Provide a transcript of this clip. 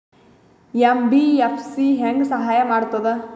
MBFC ಹೆಂಗ್ ಸಹಾಯ ಮಾಡ್ತದ?